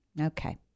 Okay